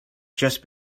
just